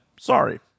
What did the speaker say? sorry